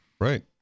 Right